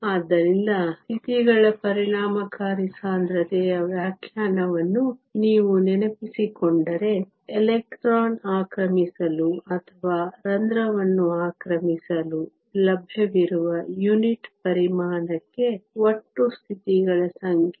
ಆದ್ದರಿಂದ ಸ್ಥಿತಿಗಳ ಪರಿಣಾಮಕಾರಿ ಸಾಂದ್ರತೆಯ ವ್ಯಾಖ್ಯಾನವನ್ನು ನೀವು ನೆನಪಿಸಿಕೊಂಡರೆ ಎಲೆಕ್ಟ್ರಾನ್ ಆಕ್ರಮಿಸಲು ಅಥವಾ ರಂಧ್ರವನ್ನು ಆಕ್ರಮಿಸಲು ಲಭ್ಯವಿರುವ ಯುನಿಟ್ ಪರಿಮಾಣಕ್ಕೆ ಒಟ್ಟು ಸ್ಥಿತಿಗಳ ಸಂಖ್ಯೆ